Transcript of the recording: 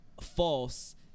False